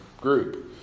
group